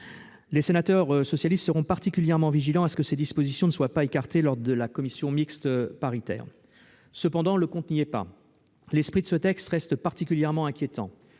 Les sénateurs socialistes seront particulièrement vigilants à ce que ces dispositions ne soient pas écartées lors de la commission mixte paritaire. Cependant, le compte n'y est pas ! L'esprit de ce texte reste particulièrement inquiétant.